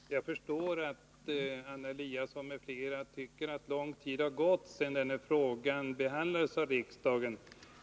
Fru talman! Jag förstår att Anna Eliasson m.fl. tycker att lång tid har gått sedan den här frågan behandlades av riksdagen.